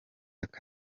kabiri